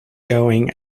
going